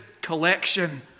collection